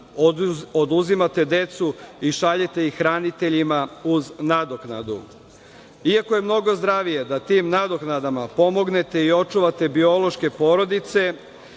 oduzimate decu i šaljete ih hraniteljima uz nadoknadu. Iako je mnogo zdravije da tim nadoknadama pomognete i očuvate biološke porodice,